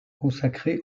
consacrée